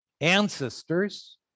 Ancestors